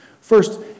First